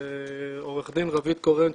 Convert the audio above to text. עורכת דין רווית קורן,